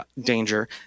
danger